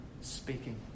speaking